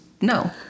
No